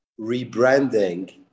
rebranding